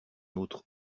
autre